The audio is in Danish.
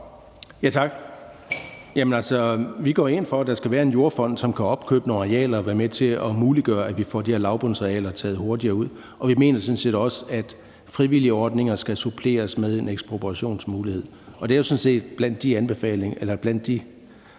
Tak. Vi går ind for, at der skal være en jordfond, som kan opkøbe nogle arealer og være med til at muliggøre, at vi får de her lavbundsarealer taget hurtigere ude. Vi mener sådan set også, at frivillige ordninger skal suppleres med en ekspropriationsmulighed. Det er sådan set på listen over de anbefalinger, vi allerede